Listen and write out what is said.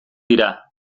dira